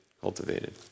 cultivated